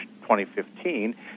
2015